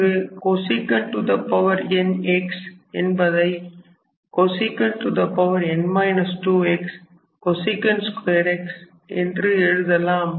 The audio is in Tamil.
இங்கு cosec n x என்பதை cosec n 2 x cosec 2 x என்று எழுதலாம்